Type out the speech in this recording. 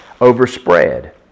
overspread